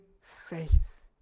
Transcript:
faith